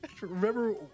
remember